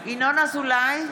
אזולאי,